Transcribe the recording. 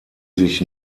sich